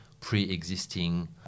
pre-existing